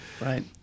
Right